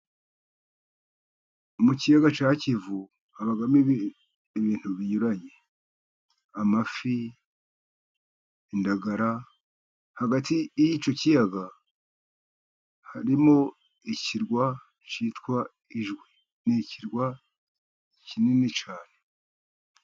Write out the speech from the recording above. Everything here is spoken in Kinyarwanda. Mu kiyaga cya kivu habamo ibintu binyuranye amafi, n'indagara. Hagati y'icyo kiyaga harimo ikirwa cyitwa ijwi nikirwa kinini cyane.